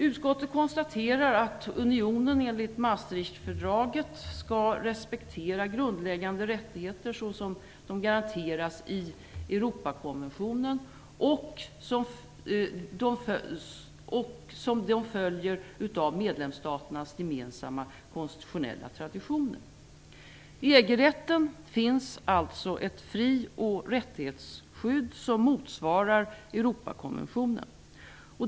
Utskottet konstaterar att unionen enligt Maastrichtfördraget skall respektera grundläggande rättigheter såsom de garanteras i Europakonventionen och som de följer av medlemsstaternas gemensamma konstitutionella traditioner. I EG-rätten finns alltså ett fri och rättighetsskydd som motsvarar Europakonventionen.